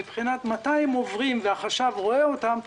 מבחינת מתי הם עוברים והחשב רואה אותם,